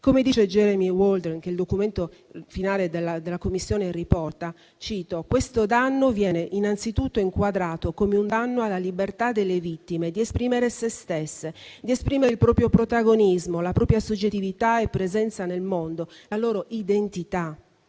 Come dice Jeremy Waldron, che il documento finale della Commissione riporta, «questo danno viene innanzitutto inquadrato come un danno alla libertà delle vittime di esprimere sé stesse, di esprimere il proprio protagonismo, la propria soggettività e presenza nel mondo, la loro identità».